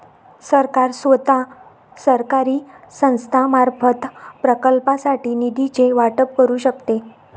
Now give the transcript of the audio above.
सरकार स्वतः, सरकारी संस्थांमार्फत, प्रकल्पांसाठी निधीचे वाटप करू शकते